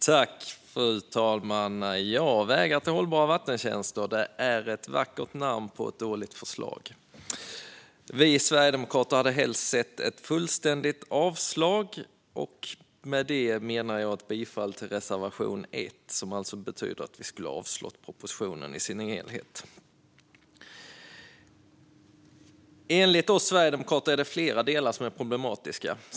Fru talman! Vägar till hållbara vattentjänster är ett vackert namn på ett dåligt förslag. Vi i Sverigedemokraterna hade helst sett ett fullständigt avslag, och med det menar jag ett bifall till reservation 1, som alltså betyder att vi skulle ha avslagit propositionen i sin helhet. Enligt oss sverigedemokrater är flera delar problematiska.